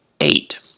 eight